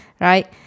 right